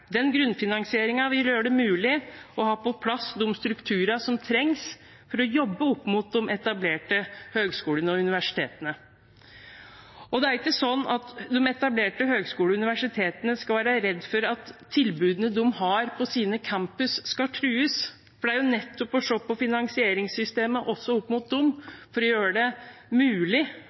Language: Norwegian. Den grunnfinansieringen vil gjøre det mulig å ha på plass de strukturene som trengs for å jobbe opp mot de etablerte høyskolene og universitetene. De etablerte høyskolene og universitetene skal ikke være redd for at tilbudene de har på sine campuser, skal trues. Det handler nettopp om å se på finansieringssystemet også opp mot dem for å gjøre det mulig